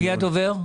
מי הדובר?